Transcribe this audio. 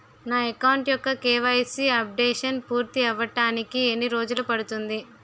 నా అకౌంట్ యెక్క KYC updation పూర్తి అవ్వడానికి ఎన్ని రోజులు పడుతుంది?